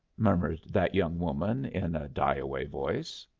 murmured that young woman in a die-away voice.